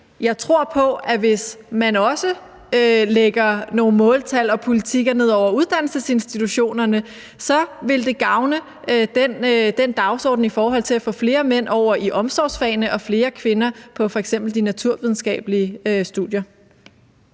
jeg tror på, at det, hvis man også lægger nogle måltal og politikker ned over uddannelsesinstitutionerne, så vil gavne den dagsorden i forhold til at få flere mænd over i omsorgsfagene og flere kvinder på f.eks. de naturvidenskabelige studier.